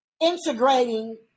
integrating